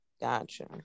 gotcha